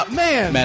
man